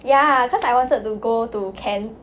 ya cause I wanted to go to ken's